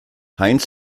heinz